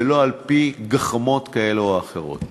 ולא על-פי גחמות כאלה או אחרות.